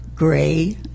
gray